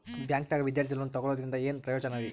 ಬ್ಯಾಂಕ್ದಾಗ ವಿದ್ಯಾರ್ಥಿ ಲೋನ್ ತೊಗೊಳದ್ರಿಂದ ಏನ್ ಪ್ರಯೋಜನ ರಿ?